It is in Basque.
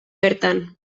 bertan